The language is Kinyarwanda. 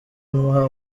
amuha